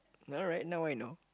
alright now I know